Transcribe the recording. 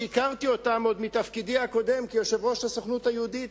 הכרתי אותן עוד מתפקידי הקודם כיושב-ראש הסוכנות היהודית,